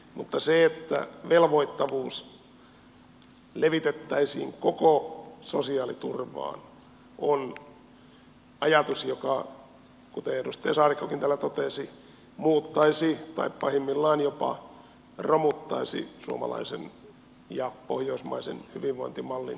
mutta se että velvoittavuus levitettäisiin koko sosiaaliturvaan on ajatus joka kuten edustaja saarikkokin täällä totesi muuttaisi tai pahimmillaan jopa romuttaisi suomalaisen ja pohjoismaisen hyvinvointimallin keskeisimmät perusperiaatteet